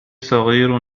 صغير